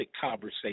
conversation